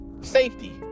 safety